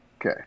Okay